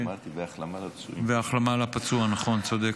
והחלמה לפצוע, נכון, צודק.